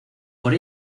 por